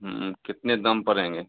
कितने दाम पड़ेंगे